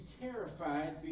terrified